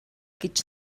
гэж